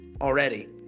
already